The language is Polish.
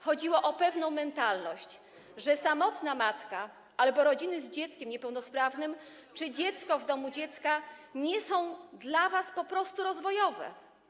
Chodziło o pewną mentalność, o to, że samotne matki albo rodziny z dzieckiem niepełnosprawnym czy dzieci w domach dziecka nie są dla was po prostu rozwojowe.